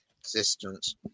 existence